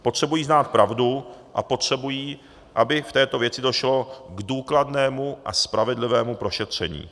Potřebují znát pravdu a potřebují, aby v této věci došlo k důkladnému a spravedlivému prošetření.